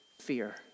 fear